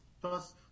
Thus